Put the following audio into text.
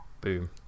Boom